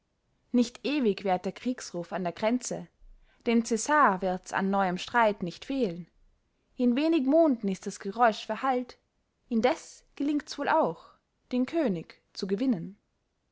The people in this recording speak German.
nicht ewig währt der kriegsruf an der grenze dem cäsar wird's an neuem streit nicht fehlen in wenig monden ist das geräusch verhallt indes gelingt's wohl auch den könig zu gewinnen